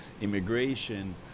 immigration